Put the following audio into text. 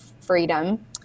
freedom